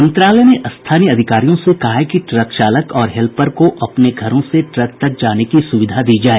मंत्रालय ने स्थानीय अधिकारियों से कहा है कि ट्रक चालक और हेल्पर को अपने घरों से ट्रक तक जाने की सुविधा दी जाए